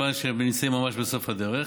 מכיוון שנמצאים ממש בסוף הדרך.